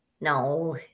no